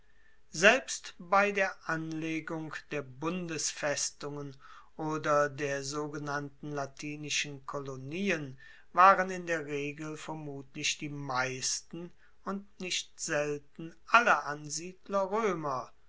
selbst bei der anlegung der bundesfestungen oder der sogenannten latinischen kolonien waren in der regel vermutlich die meisten und nicht selten alle ansiedler roemer